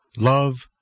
Love